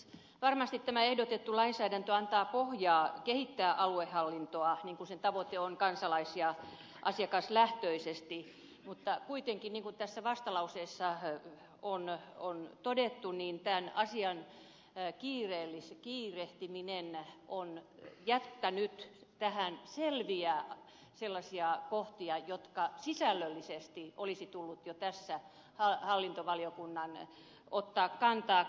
varmasti tämä ehdotettu lainsäädäntö antaa pohjaa kehittää aluehallintoa niin kuin sen tavoite on kansalais ja asiakaslähtöisesti mutta kuitenkin niin kuin tässä vastalauseessa on todettu tämän asian kiirehtiminen on jättänyt tähän selviä sellaisia kohtia joihin sisällöllisesti olisi tullut jo tässä hallintovaliokunnan ottaa kantaa koska erityisvaliokunnat